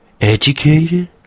educated